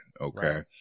Okay